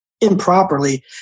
improperly